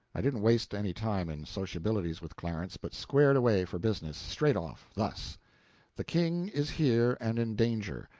i didn't waste any time in sociabilities with clarence, but squared away for business, straight-off thus the king is here and in danger.